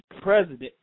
President